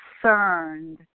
concerned